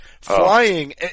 flying